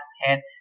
head